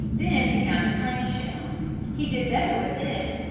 then he found a clam-shell. he did better with it,